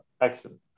excellent